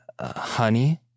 Honey